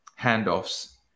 handoffs